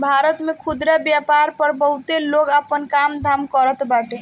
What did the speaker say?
भारत में खुदरा व्यापार पअ बहुते लोग आपन काम धाम करत बाटे